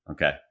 Okay